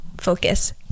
focus